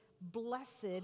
blessed